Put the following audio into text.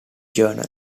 journal